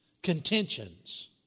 contentions